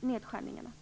nedskärningarna.